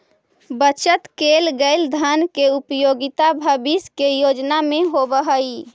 बचत कैल गए धन के उपयोगिता भविष्य के योजना में होवऽ हई